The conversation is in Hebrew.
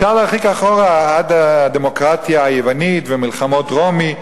אפשר להרחיק אחורה עד הדמוקרטיה היוונית ומלחמות רומי,